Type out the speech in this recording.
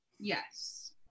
Yes